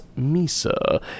Misa